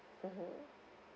mmhmm